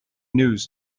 news